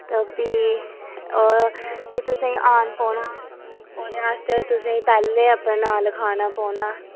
ते भी ओह् फ्ही तुसें ई आन पौना ओह्दे आस्तै तुसें पैह्लें अपना नांऽ लखाना पौना